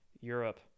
Europe